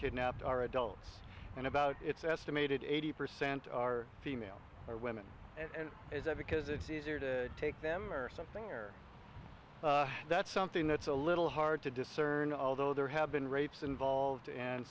kidnapped are adults and about it's estimated eighty percent are female are women and is that because it's easier to take them or something or that's something that's a little hard to discern although there have been rapes involved and